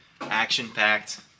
action-packed